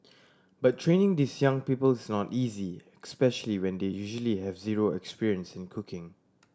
but training these young people is not easy especially when they usually have zero experience in cooking